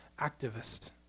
activist